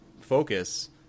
focus